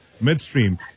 midstream